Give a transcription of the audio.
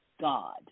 God